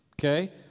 okay